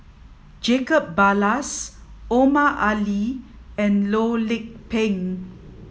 Jacob Ballas Omar Ali and Loh Lik Peng